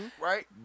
Right